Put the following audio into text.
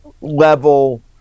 level